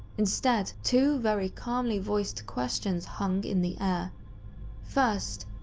instead, two very calmly voiced questions hung in the air first,